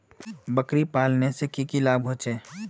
बकरी पालने से की की लाभ होचे?